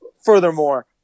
furthermore